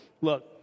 look